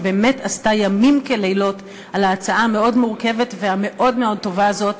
שבאמת עשתה ימים ולילות על ההצעה המאוד-מורכבת והמאוד מאוד טובה הזאת.